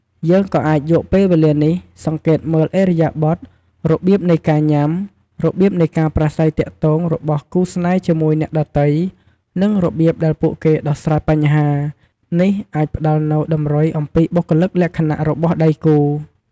យើងក៏អាចយកពេលវលានេះ សង្កេតមើលឥរិយាបថ របៀបនៃការញ៉ាំ របៀបនៃការប្រាស្រ័យទាក់ទងរបស់គូរស្នេហ៌ជាមួយអ្នកដទៃ និងរបៀបដែលពួកគេដោះស្រាយបញ្ហា នេះអាចផ្តល់នូវតម្រុយអំពីបុគ្គលិកលក្ខណៈរបស់ដៃគូ។